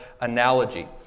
analogy